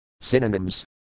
Synonyms